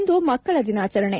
ಇಂದು ಮಕ್ಕಳ ದಿನಾಚರಣೆ